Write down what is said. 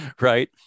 Right